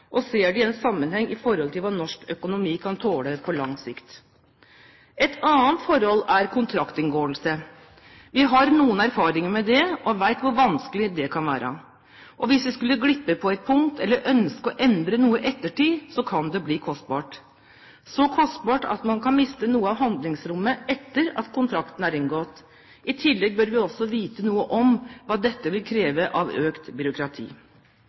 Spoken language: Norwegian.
og ser det i en sammenheng med hva norsk økonomi kan tåle på lang sikt. Et annet forhold er kontraktinngåelse. Vi har noen erfaringer med det og vet hvor vanskelig det kan være. Og hvis vi skulle glippe på et punkt, eller ønske å endre noe i ettertid, kan det bli kostbart – så kostbart at man kan miste noe av handlingsrommet etter at kontrakten er inngått. I tillegg bør vi også vite noe om hva dette vil kreve av økt byråkrati.